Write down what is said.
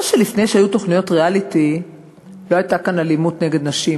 לא שלפני שהיו תוכניות ריאליטי לא הייתה כאן אלימות נגד אנשים.